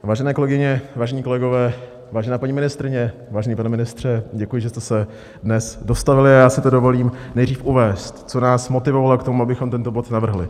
Vážené kolegyně, vážení kolegové, vážená paní ministryně, vážený pane ministře, děkuji, že jste se dnes dostavili, a já si to dovolím nejdřív uvést, co nás motivovalo k tomu, abychom tento bod navrhli.